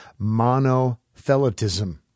monothelitism